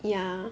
ya